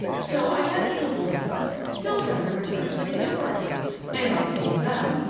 so i managed to hold the fort till geoffrey returned with the authorities and on seeing them,